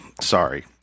sorry